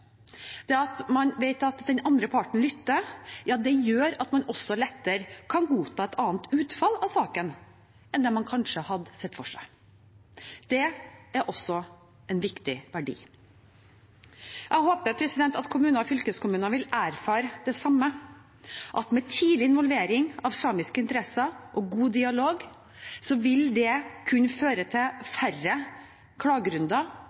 det at man vet at den andre parten lytter, gjør at man også lettere kan godta et annet utfall av saken enn det man kanskje hadde sett for seg. Det er også en viktig verdi. Jeg håper at kommuner og fylkeskommuner vil erfare det samme, at tidlig involvering av samiske interesser og god dialog vil kunne føre til færre klagerunder